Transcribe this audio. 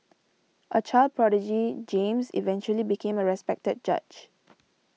a child prodigy James eventually became a respected judge